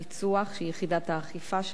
שהיא יחידת האכיפה שלנו,